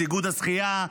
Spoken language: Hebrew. איגוד השחייה,